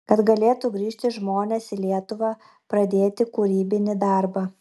kad galėtų grįžt žmonės į lietuvą pradėti kūrybinį darbą